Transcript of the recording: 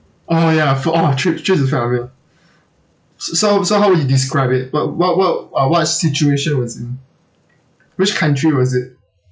oh oh ya for oh trip trip is kind of weird so so so how would you describe it what what what uh what situation was in which country was it